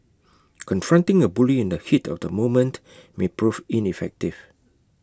confronting A bully in the heat of the moment may prove ineffective